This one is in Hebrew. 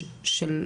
של,